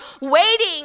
waiting